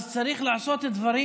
צריך לעשות דברים